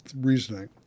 reasoning